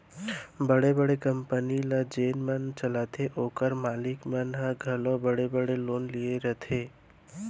बड़े बड़े कंपनी ल जेन मन चलाथें ओकर मालिक मन ह घलौ बड़े बड़े लोन लिये रथें